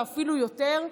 ואפילו יותר,